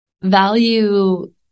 Value